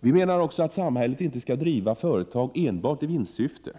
Samhället skall inte heller driva företag enbart i vinstsyfte.